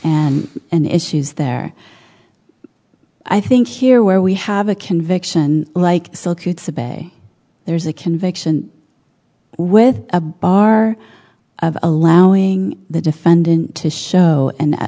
and and issues there i think here where we have a conviction like silk you disobey there's a conviction with a bar of allowing the defendant to show and